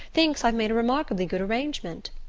thinks i've made a remarkably good arrangement.